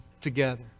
together